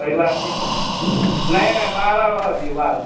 अगिला सीज नहि नहि बारह रहय दियौ बारह